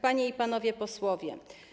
Panie i Panowie Posłowie!